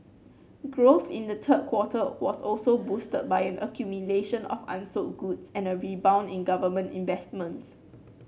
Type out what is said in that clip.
growth in the third quarter was also boosted by an accumulation of unsold goods and a rebound in government investments